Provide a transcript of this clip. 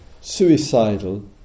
suicidal